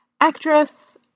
actress